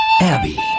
Abby